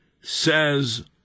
says